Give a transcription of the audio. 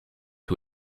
who